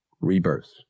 Rebirth